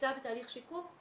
נמצא בתהליך שיקום,